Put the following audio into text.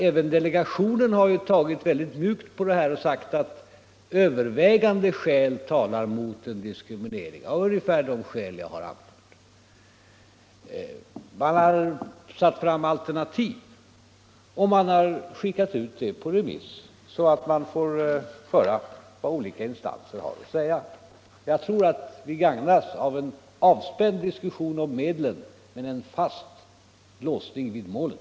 Även delegationen för jämställdhet mellan män och kvinnor har tagit mjukt på detta problem och sagt att övervägande skäl talar mot en lagstiftning, av ungefär de skäl jag anfört. Man har satt upp alternativ och skickat ut dessa på remiss för att höra vad olika instanser har att säga. Jag tror att saken gagnas av en avspänd diskussion om medlen men en fast låsning vid målen.